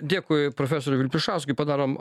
dėkui profesoriui vilpišauskui padarom